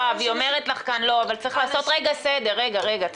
שאנשים מאבדים